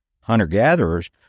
hunter-gatherers